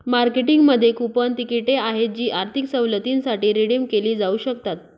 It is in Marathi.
मार्केटिंगमध्ये कूपन तिकिटे आहेत जी आर्थिक सवलतींसाठी रिडीम केली जाऊ शकतात